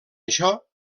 això